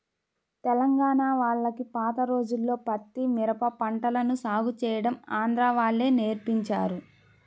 తెలంగాణా వాళ్లకి పాత రోజుల్లో పత్తి, మిరప పంటలను సాగు చేయడం ఆంధ్రా వాళ్ళే నేర్పించారు